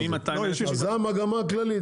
אז זה המגמה הכללית,